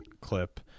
clip